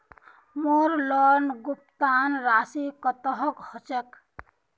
मोर लोन भुगतान राशि कतेक होचए?